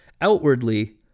Outwardly